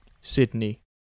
Sydney